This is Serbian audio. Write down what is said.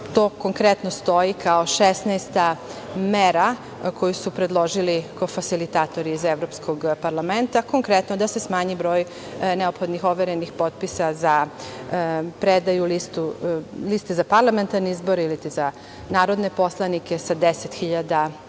to konkretno stoji kao 16. mera koju su predložili kofasilitatori iz Evropskog parlamenta, konkretno da se smanji broj neophodnih overenih potpisa za predaju liste za parlamentarne izbore iliti za narodne poslanike sa 10 hiljada